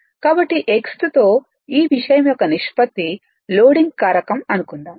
కాబట్టి x తో ఈ విషయం యొక్క నిష్పత్తి లోడింగ్ కారకం అనుకుందాం